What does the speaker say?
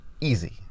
easy